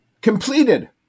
completed